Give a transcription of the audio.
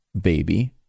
baby